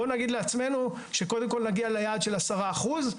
בוא נגיד לעצמנו שקודם כל נגיע ליעד של עשרה אחוז,